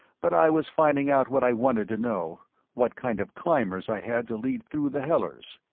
but i was finding out what i wanted to know what kind of climbers i had to lead through the hellers.